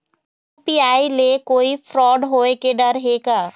UPI ले कोई fraud होए के डर हे का?